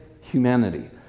humanity